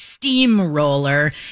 steamroller